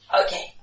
Okay